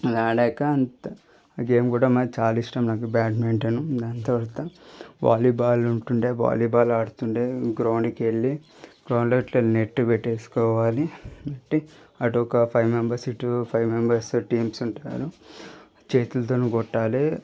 అది ఆడాక అంతా ఆ గేమ్ కూడ మా చాలా ఇష్టం నాకు బాడ్మిన్టన్ను దాని తరవాత వాలీబాల్ ఉంటుండే వాలీబాల్ ఆడుతుండే గ్రౌండ్కు వెళ్ళి గ్రౌండ్లో ఇట్లా నెట్ పెట్టుకోవాలి నెట్ అటు ఒక ఫైవ్ మెంబెర్స్ ఇటు ఫైవ్ మెంబర్స్ టీమ్స్ ఉంటారు చేతులతో కొట్టాలి